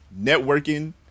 networking